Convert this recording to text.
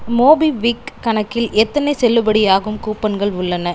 MobiKwik கணக்கில் எத்தனை செல்லுபடியாகும் கூப்பன்கள் உள்ளன